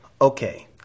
Okay